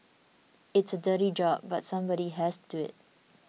it is a dirty job but somebody has to do it